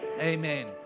Amen